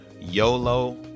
YOLO